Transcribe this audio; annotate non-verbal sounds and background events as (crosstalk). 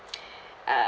(noise) uh